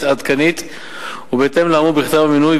עדכנית בהתאם לאמור בכתב המינוי,